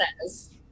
says